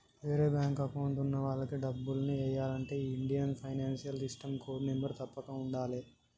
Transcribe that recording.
వేరే bank account ఉన్న వాళ్లకి డబ్బుల్ని ఎయ్యాలంటే ఈ Indian financial system code number తప్పక ఉండాలే